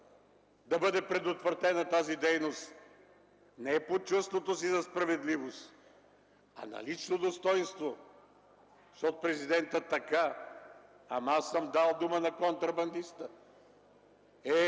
да бъде предотвратена тази дейност не под чувството си за справедливост, а на лично достойнство, защото президентът – така, ама аз съм дал дума не контрабандиста.